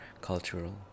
cultural